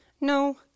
No